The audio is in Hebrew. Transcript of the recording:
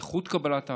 איכות קבלת ההחלטות,